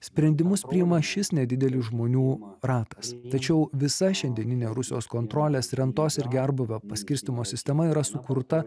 sprendimus priima šis nedidelis žmonių ratas tačiau visa šiandieninė rusijos kontrolės rentos ir gerbūvio paskirstymo sistema yra sukurta